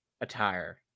attire